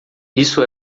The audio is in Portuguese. isso